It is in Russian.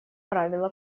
правило